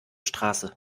straße